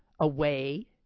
away